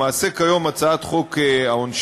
למעשה, כיום, הצעת חוק העונשין